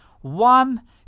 one